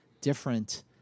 different